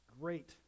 great